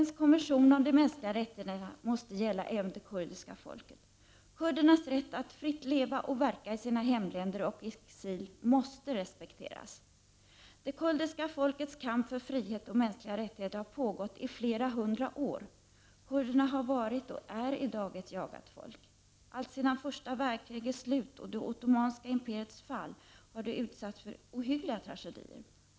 FN:s konvention om de mänskliga rättigheterna måste gälla även det kurdiska folket. Kurdernas rätt att fritt leva och verka i sina hemländer och i exil måste respekteras. Det kurdiska folkets kamp för frihet och mänskliga rättigheter har pågått i flera hundra år. Kurderna har varit och är än i dag ett jagat folk. Alltsedan första världskrigets slut och det ottomanska imperiets fall har det utsatts för ohyggliga tragedier.